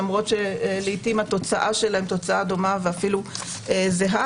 למרות שלעיתים התוצאה שלהם דומה אף זהה.